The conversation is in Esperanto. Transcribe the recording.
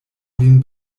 lin